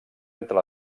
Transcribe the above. entre